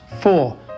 four